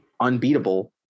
unbeatable